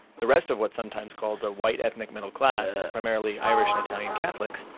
the rest of what's sometimes called the white ethnic middle class, primarily irish and italian catholics,